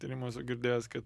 tyrimuose girdėjęs kad